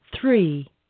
three